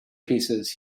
pieces